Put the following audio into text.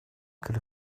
could